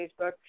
Facebook